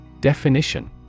Definition